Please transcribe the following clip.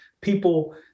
people